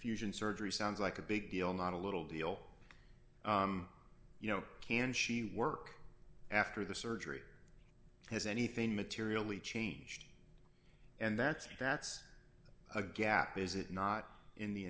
fusion surgery sounds like a big deal not a little the you know can she work after the surgery has anything materially changed and that's a gap is it not in the